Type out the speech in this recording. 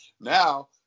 now